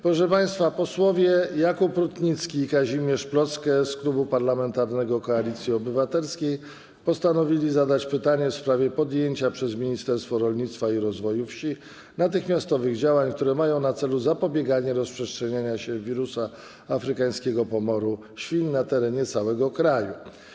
Proszę państwa, posłowie Jakub Rutnicki i Kazimierz Plocke z Klubu Parlamentarnego Koalicja Obywatelska postanowili zadać pytanie w sprawie podjęcia przez Ministerstwo Rolnictwa i Rozwoju Wsi natychmiastowych działań, które mają na celu zapobieganie rozprzestrzenianiu się wirusa afrykańskiego pomoru świń (ASF) na terenie całego kraju.